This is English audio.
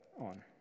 on